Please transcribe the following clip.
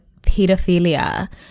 pedophilia